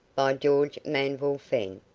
by george manville fenn.